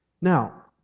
Now